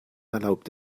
erlaubt